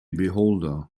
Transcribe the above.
beholder